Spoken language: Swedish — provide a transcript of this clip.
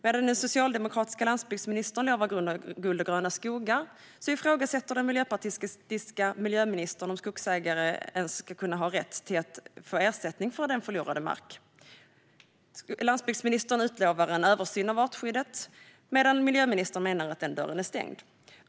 Medan den socialdemokratiske landsbygdsministern lovar guld och gröna skogar ifrågasätter den miljöpartistiska miljöministern om skogsägare ens ska kunna ha rätt att få ersättning för förlorad mark. Landsbygdministern utlovar en översyn av artskyddet, medan miljöministern menar att den dörren är stängd.